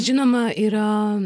žinoma yra